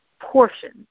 portions